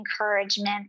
encouragement